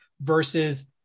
versus